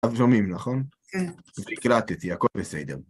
עכשיו שומעים, נכון? כן. הקלטתי, הכל בסדר.